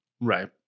right